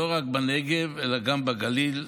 לא רק בנגב אלא גם בגליל,